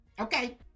Okay